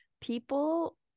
people